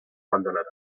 abandonada